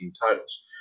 titles